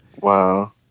wow